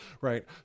Right